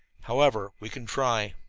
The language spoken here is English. however, we can try.